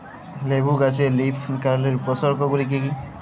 লেবু গাছে লীফকার্লের উপসর্গ গুলি কি কী?